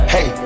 Hey